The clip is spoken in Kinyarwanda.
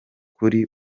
kuri